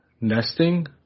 nesting